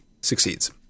succeeds